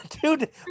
dude